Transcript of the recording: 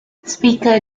speaker